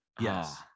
Yes